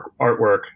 artwork